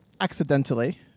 Accidentally